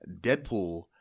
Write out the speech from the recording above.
Deadpool